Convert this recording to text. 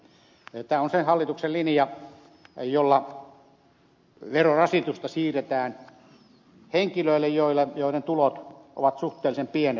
tämä on se hallituksen linja jolla verorasitusta siirretään henkilöille joiden tulot ovat suhteellisen pienet